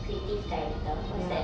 creative director what's that